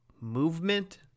movement